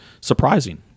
surprising